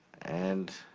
and